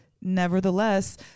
nevertheless